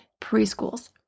preschools